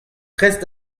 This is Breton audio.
prest